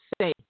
say